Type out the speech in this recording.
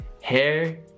hair